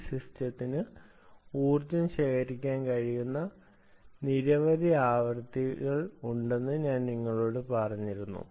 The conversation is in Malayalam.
ഈ സിസ്റ്റത്തിന് ഊർജ്ജം ശേഖരിക്കാൻ കഴിയുന്ന നിരവധി ആവൃത്തികൾ ഇത് നിങ്ങളോട് പറയുന്നു